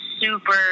super